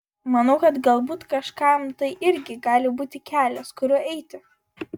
manau kad galbūt kažkam tai irgi gali būti kelias kuriuo eiti